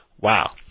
Wow